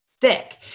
thick